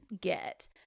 get